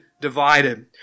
divided